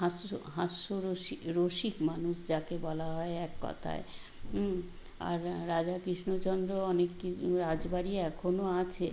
হাস্য হাস্য রসি রসিক মানুষ যাকে বলা হয় এক কথায় আর রাজা কৃষ্ণচন্দ্র অনেক রাজবাড়ি এখনও আছে